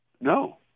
No